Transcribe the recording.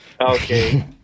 Okay